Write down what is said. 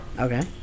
Okay